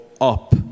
up